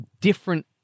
different